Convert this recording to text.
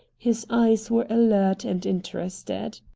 his eyes were alert and interested.